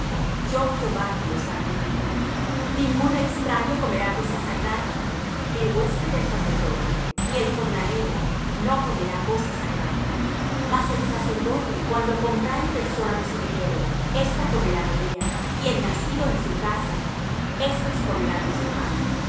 yo jehová que los santifico ningún extraño comerá cosa sagrada el huésped del sacerdote ni el jornalero no comerá cosa sagrada mas el sacerdote cuando comprare persona de su dinero ésta comerá de ella y el nacido en su casa estos comerán de su pan